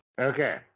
Okay